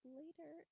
later